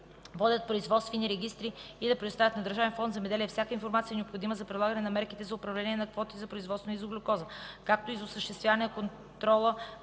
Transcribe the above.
водят производствени регистри и да предоставят на Държавен фонд „Земеделие” всяка информация, необходима за прилагане на мерките за управление на квотите за производство на изоглюкоза, както и за осъществяване на контрола